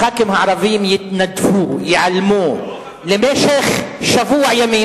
הח"כים הערבים יתנדפו, ייעלמו למשך שבוע ימים.